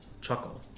chuckle